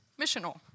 missional